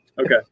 Okay